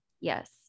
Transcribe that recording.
yes